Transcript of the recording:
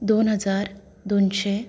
दोन हजार दोनशें